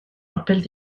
appelle